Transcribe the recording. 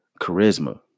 Charisma